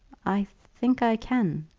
i think i can,